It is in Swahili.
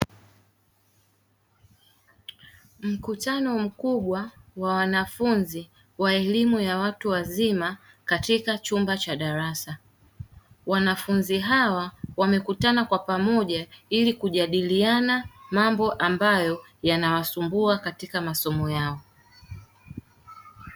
Mkutano mkubwa wa wanafunzi wa elimu ya watu wazima katika chumba cha darasa. Wanafunzi hawa wamekutana kwa pamoja ili kujadiliana mambo ambayo yanawasumbua katika masomo yao.